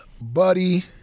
Buddy